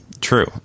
True